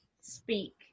speak